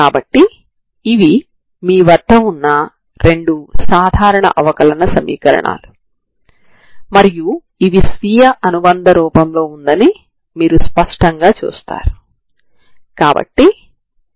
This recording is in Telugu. కాబట్టి ఈ కొత్త చరరాశులు ξx ct మరియు xct తో మనం 4c2u2hξη ని చూడవచ్చు